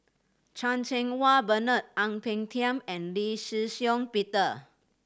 Chan Cheng Wah Bernard Ang Peng Tiam and Lee Shih Shiong Peter